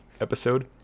episode